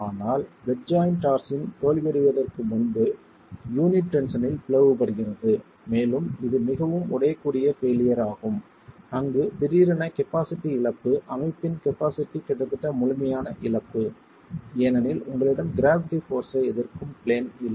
ஆனால் bed joint torsion இல் தோல்வியடைவதற்கு முன்பு யூனிட் டென்ஷனில் பிளவுபடுகிறது மேலும் இது மிகவும் உடையக்கூடிய பெயிலியர் ஆகும் அங்கு திடீரென கபாஸிட்டி இழப்பு அமைப்பின் கபாஸிட்டி கிட்டத்தட்ட முழுமையான இழப்பு ஏனெனில் உங்களிடம் க்ராவிட்டி போர்ஸ்ஸை எதிர்க்கும் பிளேன் இல்லை